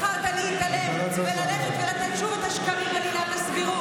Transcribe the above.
בחרת להתעלם וללכת ולתת שוב את השקרים על עילת הסבירות.